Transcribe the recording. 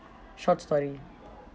short story